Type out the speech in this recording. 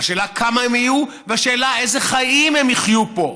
השאלה כמה הם יהיו ואיזה חיים הם יחיו פה.